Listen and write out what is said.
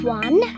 one